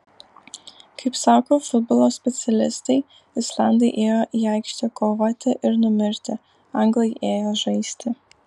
kaip sako futbolo specialistai islandai ėjo į aikštę kovoti ir numirti anglai ėjo žaisti